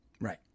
Right